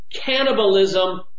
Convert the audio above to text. cannibalism